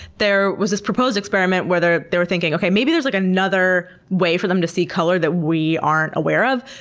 there was this proposed experiment where they were thinking okay, maybe there's like another way for them to see color that we aren't aware of,